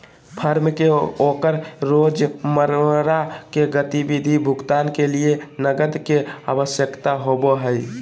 firm के ओकर रोजमर्रा के गतिविधि भुगतान के लिये नकद के आवश्यकता होबो हइ